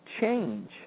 change